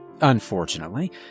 Unfortunately